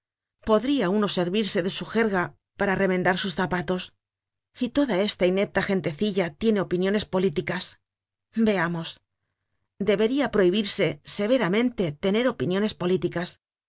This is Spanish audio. podria uno servirse de su jerga para remendar sus zapatos y toda esta inepta gentecilla tiene opiniones políticas veamos deberia prohibirse severamente tener opiniones políticas